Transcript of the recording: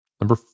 Number